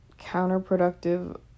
counterproductive